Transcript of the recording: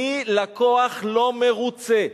אני לקוח לא מרוצה.